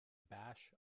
bash